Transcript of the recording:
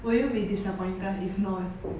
will you be disappointed if none